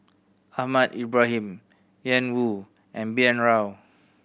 Ahmad Ibrahim Ian Woo and B N Rao